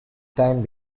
time